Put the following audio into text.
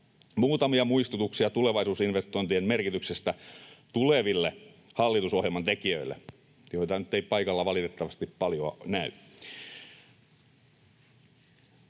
muutamia muistutuksia tulevaisuusinvestointien merkityksestä tuleville hallitusohjelman tekijöille — joita nyt ei paikalla valitettavasti paljoa näy.